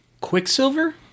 Quicksilver